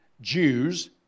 Jews